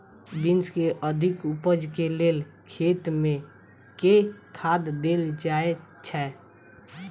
Beans केँ अधिक उपज केँ लेल खेत मे केँ खाद देल जाए छैय?